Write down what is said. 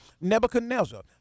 nebuchadnezzar